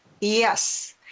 Yes